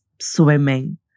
swimming